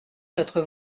notre